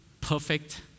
perfect